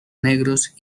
negros